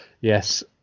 yes